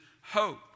hope